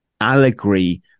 allegory